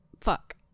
Fuck